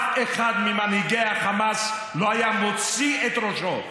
אף אחד ממנהיגי החמאס לא היה מוציא את ראשו.